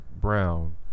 Brown